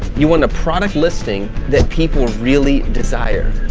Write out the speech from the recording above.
you want a product listing that people really desire.